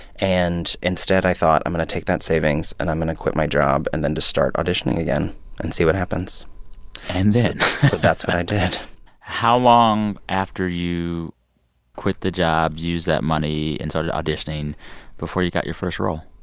and instead, i thought, i'm going to take that savings, and i'm going to quit my job and then just start auditioning again and see what happens and then. so that's what i did how long after you quit the job, used that money and started auditioning before you got your first role?